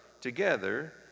together